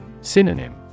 Synonym